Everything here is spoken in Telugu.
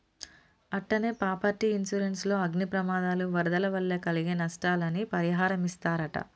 అట్టనే పాపర్టీ ఇన్సురెన్స్ లో అగ్ని ప్రమాదాలు, వరదల వల్ల కలిగే నస్తాలని పరిహారమిస్తరట